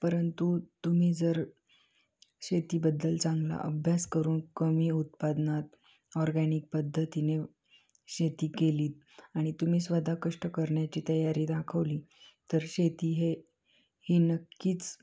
परंतु तुम्ही जर शेतीबद्दल चांगला अभ्यास करून कमी उत्पादनात ऑरगॅनिक पद्धतीने शेती केलीत आणि तुम्ही स्वत कष्ट करण्याची तयारी दाखवली तर शेती हे ही नक्कीच